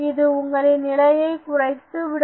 இது உங்களின் நிலையை குறைத்து விடும்